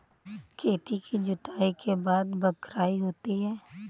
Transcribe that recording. खेती की जुताई के बाद बख्राई होती हैं?